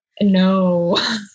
No